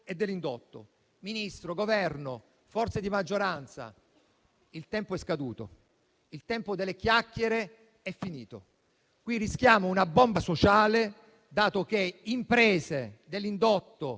e dell'indotto. Signor Ministro, Governo, forze di maggioranza, il tempo è scaduto, il tempo delle chiacchiere è finito. Qui rischiamo una bomba sociale, dato che ci sono imprese dell'indotto